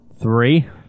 Three